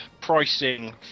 pricing